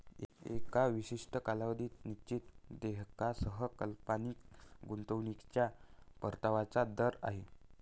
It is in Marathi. एका विशिष्ट कालावधीत निश्चित देयकासह काल्पनिक गुंतवणूकीच्या परताव्याचा दर आहे